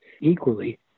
equally